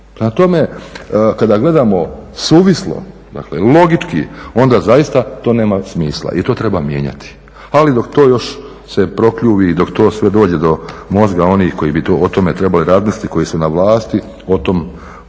tome, kada gledamo suvislo, dakle logički onda zaista to nema smisla i to treba mijenjati. Ali dok to još se prokljuvi i dok to sve dođe do mozga onih koji bi o tome trebali razmisliti, koji su na vlasti, o tome